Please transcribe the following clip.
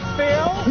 Phil